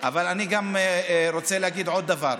אבל אני רוצה להגיד עוד דבר.